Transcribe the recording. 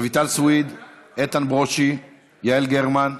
רויטל סויד, איתן ברושי, יעל גרמן,